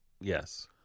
yes